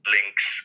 links